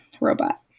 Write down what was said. Robot